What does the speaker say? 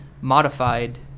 modified